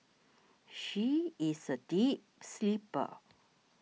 she is a deep sleeper